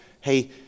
Hey